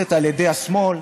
נשלטת על ידי השמאל,